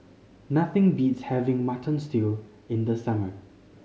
nothing beats having Mutton Stew in the summer